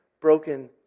broken